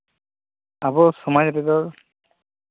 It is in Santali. ᱟᱵᱚ ᱥᱚᱢᱟᱡᱽ ᱨᱮᱫᱚ